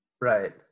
Right